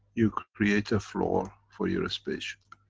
you create a floor for your spaceship.